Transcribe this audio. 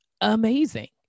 amazing